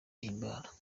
himbara